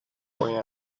boy